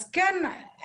אז אין בעיה,